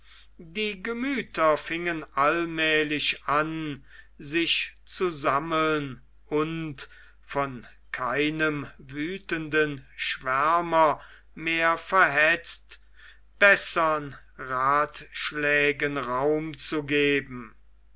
die gemüther fingen allmählich an sich zu sammeln und von keinem wüthenden schwärmer mehr verhetzt bessern rathschlägen raum zu geben